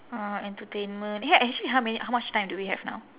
uh entertainment eh actually how many how much time do we have now